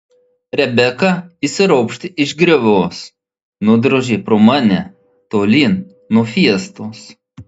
rebeka išsiropštė iš griovos nudrožė pro mane tolyn nuo fiestos